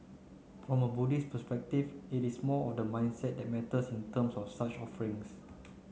from a Buddhist perspective it is more of the mindset that matters in terms of such offerings